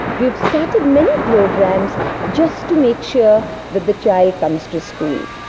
we've started many programs just to make sure that the child comes to school.